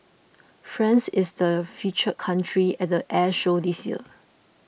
France is the feature country at the air show this year